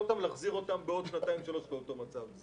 אותם ולהחזיר אותם בעוד שנתיים-שלוש לאותו מצב.